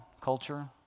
culture